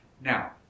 Now